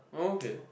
oh okay